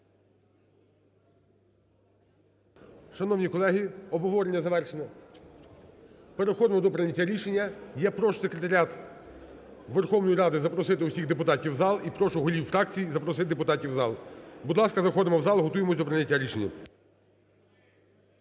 Шановні колеги, обговорення завершене. Переходимо до прийняття рішення. Я прошу Секретаріат Верховної Ради запросити усіх депутатів в зал, і прошу голів фракцій запросити депутатів в зал. Будь ласка, заходимо в зал, готуємось до прийняття рішення.